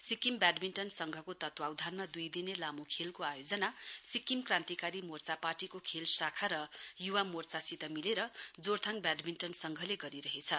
Sikkim badminton संघको तत्वावधानमा दुई दिने लामो खेलको आयोजना सिक्किम क्रान्तिकारी मोर्चा पार्टीको खेल शाखा र युवा मोर्चासित मिलेर जोरथाङ ब्याडमिण्टन संघले गरिरहेछ